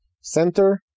center